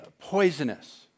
poisonous